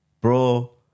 bro